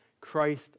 Christ